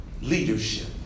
leadership